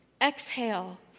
Exhale